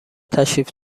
تشریف